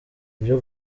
ibyo